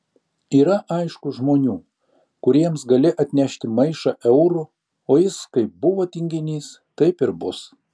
yra aišku žmonių kuriems gali atnešti maišą eurų o jis kaip buvo tinginys taip ir bus